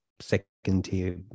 second-tier